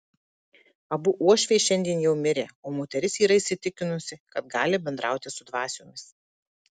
abu uošviai šiandien jau mirę o moteris yra įsitikinusi kad gali bendrauti su dvasiomis